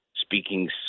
speaking